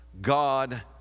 God